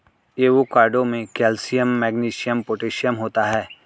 avocado में calcium magnesium potassium होता है